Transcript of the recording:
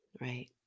Right